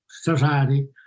society